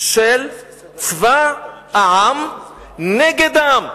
של צבא העם נגד העם.